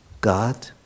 God